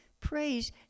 praise